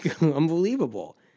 Unbelievable